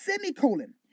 Semicolon